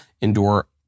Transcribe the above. endure